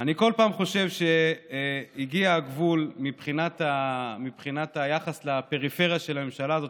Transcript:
אני כל פעם חושב שהגיע הגבול מבחינת היחס לפריפריה של הממשלה הזאת,